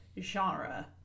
genre